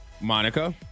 Monica